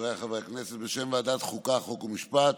חבריי חברי הכנסת, בשם ועדת החוקה, חוק ומשפט,